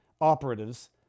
operatives